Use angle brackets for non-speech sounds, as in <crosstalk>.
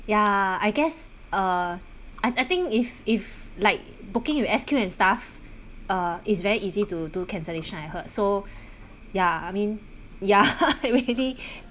ya I guess uh I I think if if like booking with S_Q and stuff uh is very easy to do cancellation I heard so ya I mean ya <laughs> really